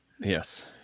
yes